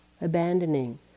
abandoning